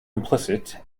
implicit